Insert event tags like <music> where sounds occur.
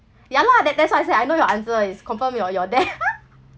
ya lah that that's why I said I know your answer it's confirm you're you're there <laughs>